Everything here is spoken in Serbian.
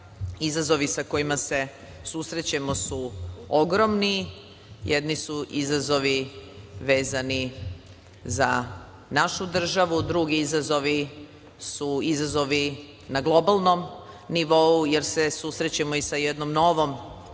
izazovi sa kojima se susrećemo su ogromni. Jedni su izazovi vezani za našu državu, drugi izazovi su izazovi na globalnom nivou, jer se susrećemo i sa jednom novom